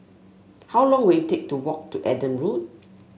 how long will it take to walk to Adam Park